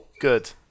Good